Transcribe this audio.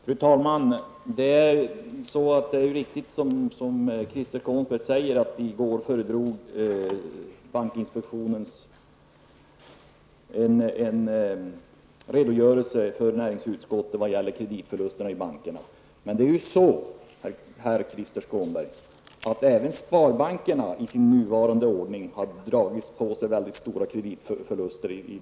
Fru talman! Det är riktigt som Krister Skånberg säger att bankinspektionen i går lämnade en redogörelse inför näringsutskottet vad gäller kreditförlusterna i bankerna. Men det är ju så, herr Krister Skånberg, att sparbankerna även i sin nuvarande ordning har dragit på sig mycket stora kreditförluster.